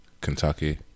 Kentucky